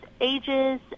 ages